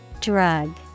Drug